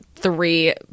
Three